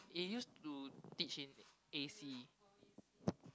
he used to teach in A_C